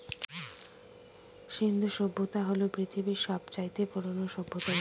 সিন্ধু সভ্যতা হল পৃথিবীর সব চাইতে পুরোনো সভ্যতা জানি